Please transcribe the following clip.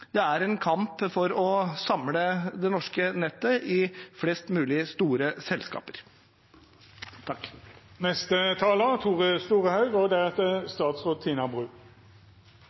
en kamp for å samle det norske nettet i flest mulig store selskaper.